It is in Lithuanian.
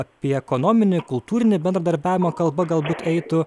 apie ekonominį kultūrinį bendradarbiavimą kalba galbūt eitų